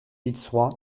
fitzroy